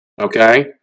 Okay